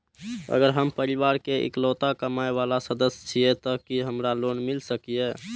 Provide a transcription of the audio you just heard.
अगर हम परिवार के इकलौता कमाय वाला सदस्य छियै त की हमरा लोन मिल सकीए?